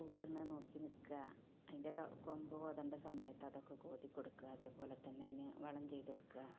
പൂവിടുന്നത് നോക്കിനിൽക്കുക അതിൻ്റെ കൊമ്പു കോതെണ്ട സമയത്ത് അതൊക്കെ കോതിക്കൊടുക്കുക അത്പോലെത്തന്നെ അതിന് വളം ചെയ്ത് കൊടുക്കുക